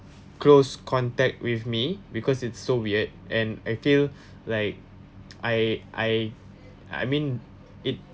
close contact with me because it's so weird and I feel like I I I mean it